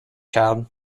child